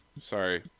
Sorry